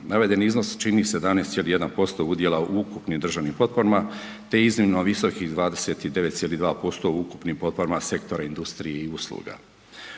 Navedeni iznos čini 17,1% udjela u ukupnim državnim potporama te iznimno visokih 29,2% u ukupnim potporama sektora industrije i usluga.